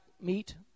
meet